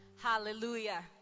Hallelujah